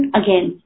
again